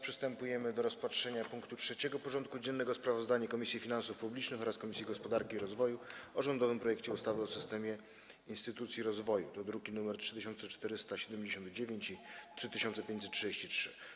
Przystępujemy do rozpatrzenia punktu 3. porządku dziennego: Sprawozdanie Komisji Finansów Publicznych oraz Komisji Gospodarki i Rozwoju o rządowym projekcie ustawy o systemie instytucji rozwoju (druki nr 3479 i 3533)